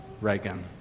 Reagan